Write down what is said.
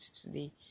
today